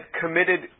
committed